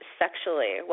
sexually